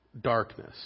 darkness